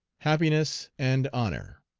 happiness, and honor.